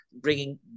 bringing